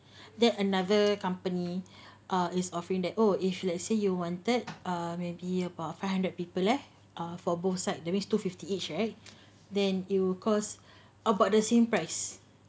then another company is offering that oh if let's say you wanted maybe about five hundred people lah ya for both side that means two fifty each right then it'll cost about the same price